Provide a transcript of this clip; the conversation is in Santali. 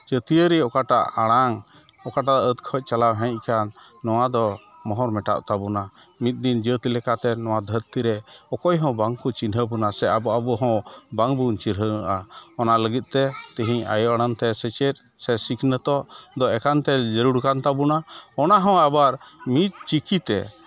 ᱡᱟᱹᱛᱤᱭᱟᱹᱨᱤ ᱚᱠᱟᱴᱟᱜ ᱟᱲᱟᱝ ᱚᱠᱟᱴᱟᱜ ᱟᱹᱫ ᱠᱷᱚᱡ ᱪᱟᱞᱟᱣ ᱦᱮᱡ ᱠᱟᱱ ᱱᱚᱣᱟ ᱫᱚ ᱢᱚᱦᱚᱨ ᱢᱮᱴᱟᱜ ᱛᱟᱵᱳᱱᱟ ᱢᱤᱫ ᱫᱤᱱ ᱡᱟᱹᱛ ᱞᱮᱠᱟᱛᱮ ᱱᱚᱣᱟ ᱫᱷᱟᱹᱨᱛᱤ ᱨᱮ ᱚᱠᱚᱭ ᱦᱚᱸ ᱵᱟᱝ ᱠᱚ ᱪᱤᱱᱦᱟᱹᱣ ᱵᱚᱱᱟ ᱥᱮ ᱟᱵᱚ ᱟᱵᱚ ᱦᱚᱸ ᱵᱟᱝ ᱵᱚᱱ ᱪᱤᱱᱦᱟᱹᱣ ᱮᱱᱟ ᱚᱱᱟ ᱞᱟᱹᱜᱤᱫ ᱛᱮ ᱛᱮᱦᱮᱧ ᱟᱭᱳ ᱟᱲᱟᱝ ᱛᱮ ᱥᱮᱪᱮᱫ ᱥᱮ ᱥᱤᱠᱷᱱᱟᱹᱛᱚᱜ ᱫᱚ ᱮᱠᱟᱱᱛᱚ ᱡᱟᱹᱨᱩᱲ ᱠᱟᱱ ᱛᱟᱵᱚᱱᱟ ᱚᱱᱟᱦᱚᱸ ᱟᱵᱚᱣᱟᱜ ᱢᱤᱫ ᱪᱤᱠᱤ ᱛᱮ